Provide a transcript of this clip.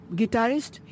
guitarist